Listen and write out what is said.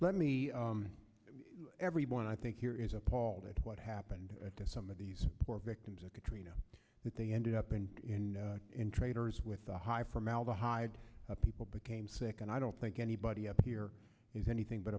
let me everyone i think here is appalled at what happened to some of these poor victims of katrina that they ended up in and traders with the high formaldehyde people became sick and i don't think anybody up here is anything but